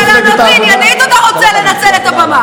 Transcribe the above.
אתה רוצה לענות לי עניינית או אתה רוצה לנצל את הבמה?